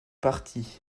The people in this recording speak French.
partis